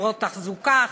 חברות תחזוקה,